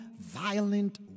violent